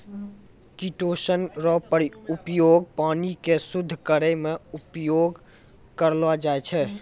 chitosan रो उपयोग पानी के शुद्ध करै मे उपयोग करलो जाय छै